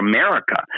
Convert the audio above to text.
America